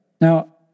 Now